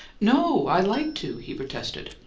no, i like to, he protested.